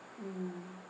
mm